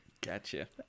Gotcha